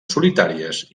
solitàries